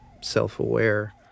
self-aware